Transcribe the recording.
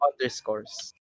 underscores